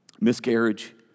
miscarriage